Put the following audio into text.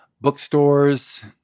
bookstores